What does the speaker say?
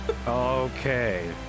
Okay